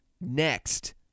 next